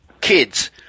Kids